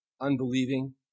unbelieving